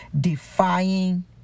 defying